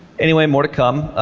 anyway, more to come.